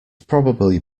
probably